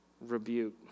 rebuke